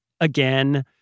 again